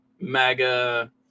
MAGA